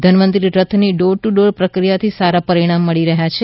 ધન્વંતરી રથની door to door પ્રક્રિયાથી સારા પરિણામ મળી રહ્યા છે